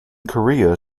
korea